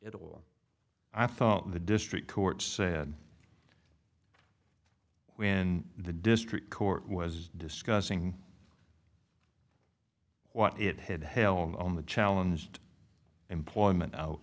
all i thought the district court said when the district court was discussing what it had held on the challenge to employment out